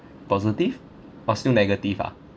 positive oh still negative ah